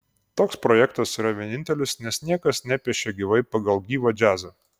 toks projektas yra vienintelis nes niekas nepiešia gyvai pagal gyvą džiazą